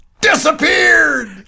disappeared